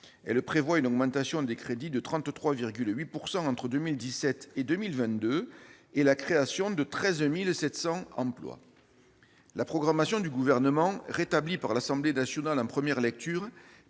Elle prévoit une augmentation des crédits de 33,8 % entre 2017 et 2022, et la création de 13 700 emplois. La programmation du Gouvernement, rétablie par l'Assemblée nationale en première lecture,